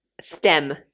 Stem